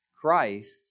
Christ